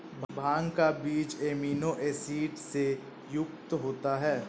भांग का बीज amino acid से युक्त होता है